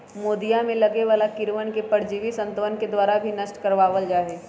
मोदीया में लगे वाला कीड़वन के परजीवी जंतुअन के द्वारा भी नष्ट करवा वल जाहई